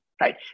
right